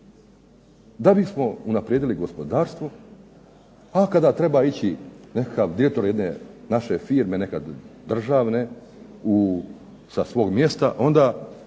Da bismo unaprijedili gospodarstvo, a kada treba ići nekakav direktor jedne naše firme, nekad državne sa svog mjesta, onda